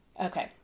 Okay